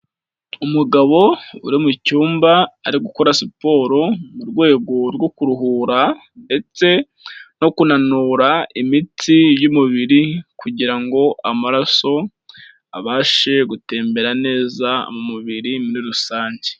Umugabo uri mucmba ari gukora siporo mu rwego rwo kuruhura ndetse no kunanura imitsi y'umubiri kugira ngo amaraso abashe gutembera neza mu mubiri muri rusange.